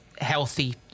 healthy